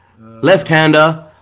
Left-hander